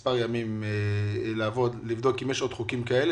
כמה ימים לבדוק אם יש עוד חוקים כאלה